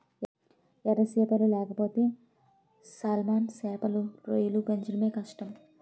ఎర సేపలు లేకపోతే సాల్మన్ సేపలు, రొయ్యలు పెంచడమే కష్టం